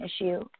issue